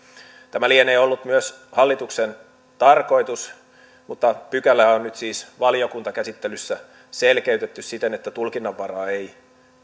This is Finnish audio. tämä lienee ollut myös hallituksen tarkoitus mutta pykälää on nyt siis valiokuntakäsittelyssä selkeytetty siten että tulkinnanvaraa ei